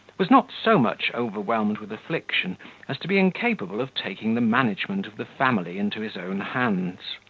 was not so much overwhelmed with affliction as to be incapable of taking the management of the family into his own hands.